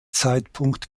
zeitpunkt